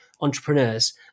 entrepreneurs